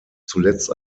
zuletzt